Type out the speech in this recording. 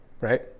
Right